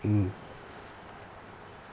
mm